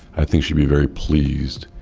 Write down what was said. i think she'd be very pleased.